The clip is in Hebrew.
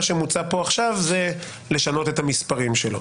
מה שמוצע פה עכשיו זה לשנות את המספרים שלו.